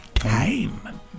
Time